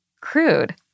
crude